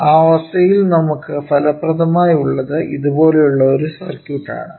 ആ അവസ്ഥയിൽ നമുക്ക് ഫലപ്രദമായി ഉള്ളത് ഇതുപോലുള്ള ഒരു സർക്യൂട്ട് ആണ്